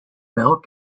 milk